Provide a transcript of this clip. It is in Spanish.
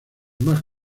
más